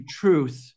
truth